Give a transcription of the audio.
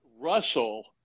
Russell